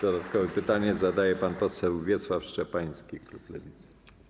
Dodatkowe pytanie zadaje pan poseł Wiesław Szczepański, klub Lewicy.